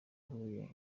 huye